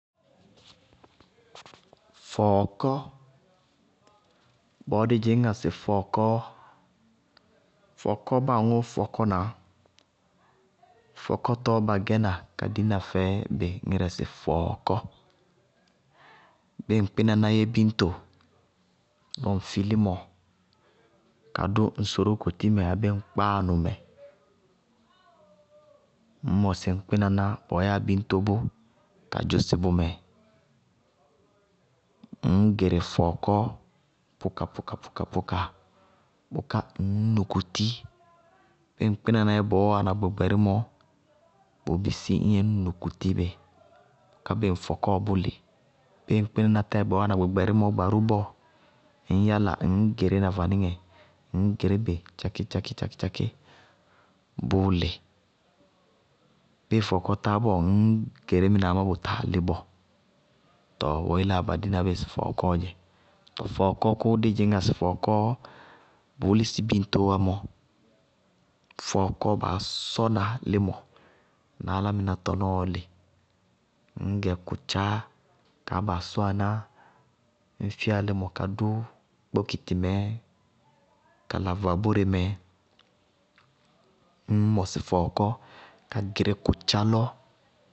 Fɔɔkɔ, bʋʋ dí dzɩñŋá sɩ fɔɔkɔ fɔɔkɔɔ báa aŋʋʋ fɔkɔna, fɔkɔtɔɔ ba gɛna ka dina fɛbɩ ŋírɛ sɩ fɔɔkɔ. Bíɩ ŋ kpínaná yɛ biñto, lɔ ŋ fi límɔ kadʋ ŋ sorókotimɛ abéé ŋ kpáanʋmɛ, ññ mɔsɩ ŋ kpínaná bɔɔ yáa bíñto bʋ ka dzʋsɩ bʋmɛ, ññ gɩrɩ fɔɔkɔ pʋkapʋkapʋka, bʋká ŋñ nukutí ñŋ ŋ kpínaná yɛ bɔɔ wáana gbɛgbɛrímɔ, bʋʋ bisí ñ yɛ ŋñ nukutí bɩ bʋká bíɩ ŋ fɔkɔɔ bʋ lɩ bíɩ ŋ kpínaná tayɛ bɔɔ wáana gbɛgbɛrímɔ bɔɔ, ŋñ yála ŋñ girína ŋ vaníŋɛ, ŋñ girí bɩ tchakɩtchakɩtchakɩ, bʋʋ lɩ. Bíɩ fɔɔkɔ táá bɔɔ, ŋñ girí mɩnɛ amá bʋ táa lí bɔɔ, tɔɔ bɔɔ yeléa lɔ ba dina bí sɩ fɔɔkɔɔ dzɛ. Tɔɔ fɔɔkɔ kʋ dí dzɩñŋá sɩ fɔɔkɔ bʋʋ lísɩ bíñtoó wá mɔ, fɔɔkɔɔ baá sɔna límɔ na álámɩná tɔnɔɔ lɩ. Ññ gɛ kʋtchá kaá baa sɔwána, ñ fíya límɔ kadʋ kpókiti mɛɛ kala vabóre mɛ, ññ mɔsɩ fɔɔkɔ ka gɩrɩ kʋtchá lɔ.